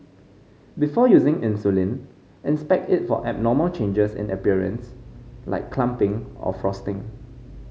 before using insulin inspect it for abnormal changes in appearance like clumping or frosting